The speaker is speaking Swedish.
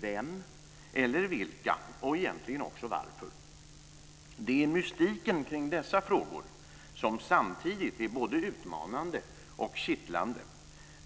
vem eller vilka - och egentligen också varför. Det är mystiken kring dessa frågor som samtidigt är både utmanande och kittlande.